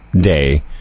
day